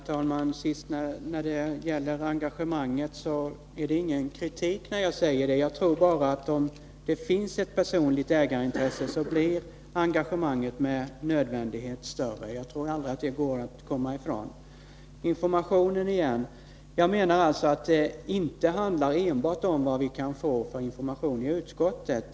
Herr talman! Vad beträffar engagemanget i företagen är det ingen kritik från min sida när jag säger att om det finns ett personligt ägarintresse, så blir engagemanget med nödvändighet större. Jag tror inte att vi kan komma ifrån detta. Så återigen till frågan om informationen: Jag menar att det inte enbart handlar om vilken information vi kan få i utskottet.